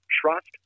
trust